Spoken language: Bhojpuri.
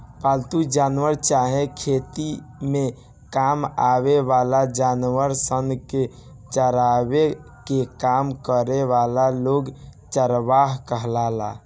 पालतू जानवर चाहे खेती में काम आवे वाला जानवर सन के चरावे के काम करे वाला लोग चरवाह कहाला